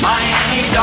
Miami